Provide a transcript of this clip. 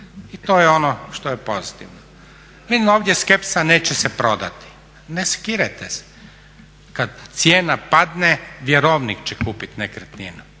I to je ono što je pozitivno. Mi imamo ovdje skepsu neće se prodati, ne sikirajte se, kad cijena padne vjerovnik će kupiti nekretninu,